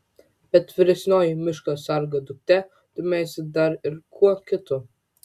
bet vyresnioji miško sargo duktė domėjosi dar ir kuo kitu